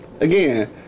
again